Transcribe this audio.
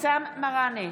אבתיסאם מראענה,